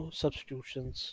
substitutions